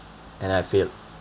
and I failed